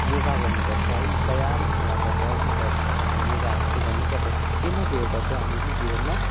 योगा गर्नु पर्छ है व्यायाम या त दौड्नु पर्छ या त योगाहरू चाहिँ गर्नु पर्छ केही न केही एउटा चाहिँ हामीले जीवनमा